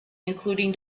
including